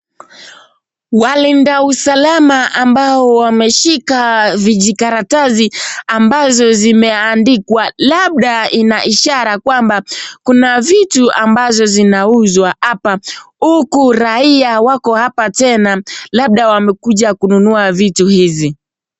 Walinda usalama ambao wameshika vijikaratasi ambazo zimeandikwa. Labda ina ishara kwamba kuna vitu ambazo zinauzwa hapa huku raia wako hapa tena labda wamekuja kununua vitu hizi.